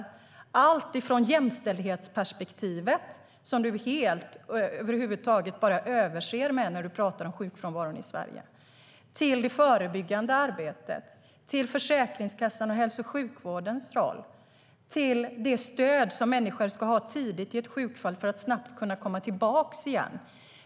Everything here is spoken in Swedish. Det handlar om allt från jämställdhetsperspektivet, som du helt förbiser när du pratar om sjukfrånvaron i Sverige, till det förebyggande arbetet, Försäkringskassans och hälso och sjukvårdens roll och det stöd som människor ska ha tidigt vid sjukdom för att snabbt kunna komma tillbaka igen.